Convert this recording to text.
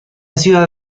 ciudad